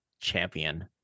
champion